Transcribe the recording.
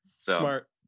Smart